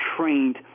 trained